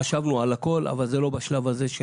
חשבנו על הכול אבל זה לא בשלב הזה.